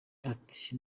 ati